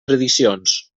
tradicions